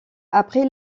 après